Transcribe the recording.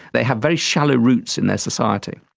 they have very shallow roots in their society.